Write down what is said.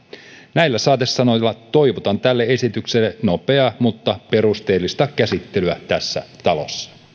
näillä saatesanoilla toivotan tälle esitykselle nopeaa mutta perusteellista käsittelyä tässä talossa